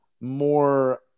more